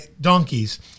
donkeys